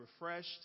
refreshed